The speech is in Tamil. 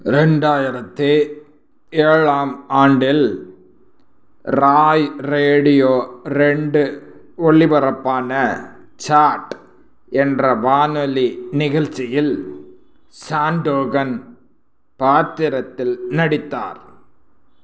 ரெண்டாயிரத்து ஏழாம் ஆண்டில் ராய் ரேடியோ ரெண்டு ஒளிபரப்பான சாட் என்ற வானொலி நிகழ்ச்சியில் சாண்டோகன் பாத்திரத்தில் நடித்தார்